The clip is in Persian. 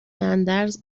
اندرز